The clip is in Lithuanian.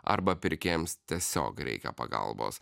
arba pirkėjams tiesiog reikia pagalbos